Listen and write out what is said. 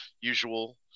usual